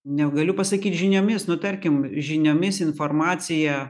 negaliu pasakyti žiniomis nu tarkim žiniomis informacija